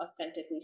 authentically